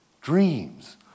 dreams